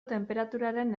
tenperaturaren